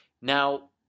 Now